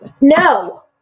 No